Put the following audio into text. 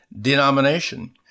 denomination